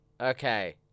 Okay